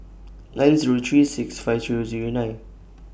nine Zero three six five three Zero nine